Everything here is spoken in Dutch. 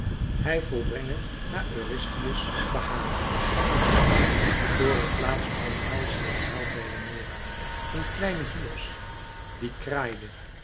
hij volbrenge naar eurystheus behagen voor het laatst omhelsde de held deianeira en kleinen hyllos die kraaide